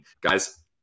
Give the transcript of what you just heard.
Guys